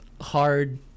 hard